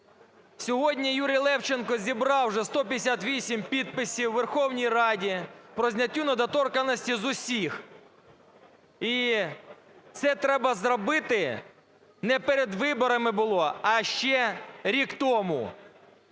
Сьогодні Юрій Левченко зібрав вже 158 підписів у Верховній Раді по зняттю недоторканності з усіх. І це треба зробити не перед виборами було, а ще рік тому.